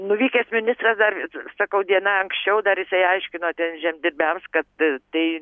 nuvykęs ministras dar sakau diena anksčiau dar jisai aiškino ten žemdirbiams kad tai